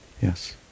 Yes